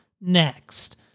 Next